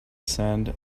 sand